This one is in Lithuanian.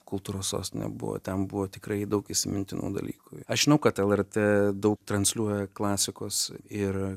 kultūros sostine buvo ten buvo tikrai daug įsimintinų dalykų aš žinau kad lrt daug transliuoja klasikos ir